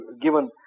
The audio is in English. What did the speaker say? given